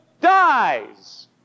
dies